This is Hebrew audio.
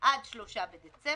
עד 3 בדצמבר.